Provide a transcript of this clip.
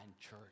church